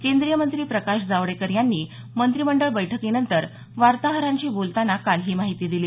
केंद्रीय मंत्री प्रकाश जावडेकर यांनी मंत्रिमंडळ बैठकीनंतर वार्ताहरांशी बोलताना ही माहिती दिली